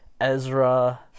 Ezra